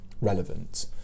relevant